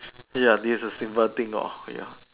these are simple things lor ya